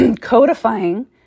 codifying